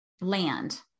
land